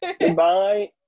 Goodbye